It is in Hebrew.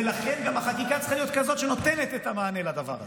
ולכן גם החקיקה צריכה להיות כזאת שנותנת את המענה לדבר הזה.